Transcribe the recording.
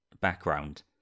background